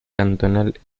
cantonal